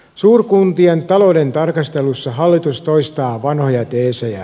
suurkuntien talouden tarkastelussa hallitus toistaa vanhoja teesejään